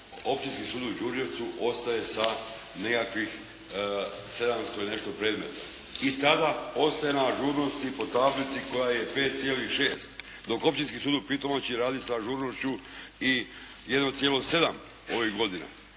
Općinski sud u Đurđevcu ostaje sa nekakvih 700 i nešto predmeta i tada ostaje ona ažurnost i po tablici koja je 5,6 dok općinski sud u Pitomači radi sa ažurnošću i 1,7 ovih godina.